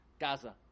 Gaza